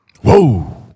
Whoa